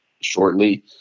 shortly